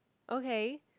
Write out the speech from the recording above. okay